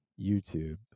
YouTube